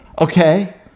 Okay